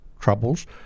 troubles